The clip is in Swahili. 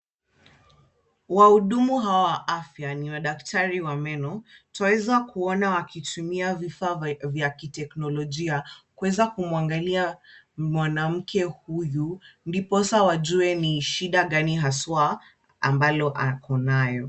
Wahudumu hawa wa afya ni madaktari wa meno. Twaweza kuona wakitumia vifaa vya kiteknolojia kuweza kumwangalia mwanamke huyu, ndiposa wajue ni shida gani haswa ambalo ako nayo.